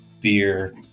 beer